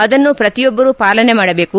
ಅದನ್ನು ಪ್ರತಿಯೊಬ್ಲರು ಪಾಲನೆ ಮಾಡಬೇಕು